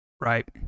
right